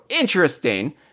interesting